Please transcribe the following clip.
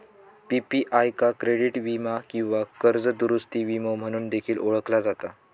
PPI का credit वीमा किंवा कर्ज दुरूस्ती विमो म्हणून देखील ओळखला जाता